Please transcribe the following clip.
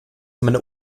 meine